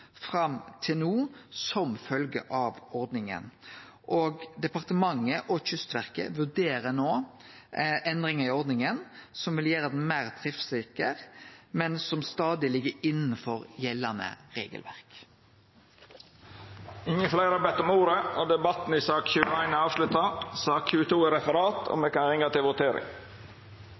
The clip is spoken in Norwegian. fram til no som følgje av ordninga. Departementet og Kystverket vurderer no endringar i ordninga som vil gjere ho meir driftssikker, men som stadig ligg innanfor gjeldande regelverk. Fleire har ikkje bede om ordet til sak nr. 21. Statsråd Knut Arild Hareide vil leggja fram 7 kgl. proposisjonar. Då er Stortinget klar til å gå til votering.